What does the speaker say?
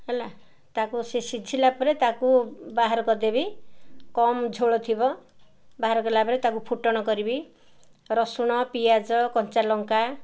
ହେଲା ତାକୁ ସେ ସିଝିଲା ପରେ ତାକୁ ବାହାର କରିଦେବି କମ୍ ଝୋଳ ଥିବ ବାହାର କଲା ପରେ ତାକୁ ଫୁଟଣ କରିବି ରସୁଣ ପିଆଜ କଞ୍ଚା ଲଙ୍କା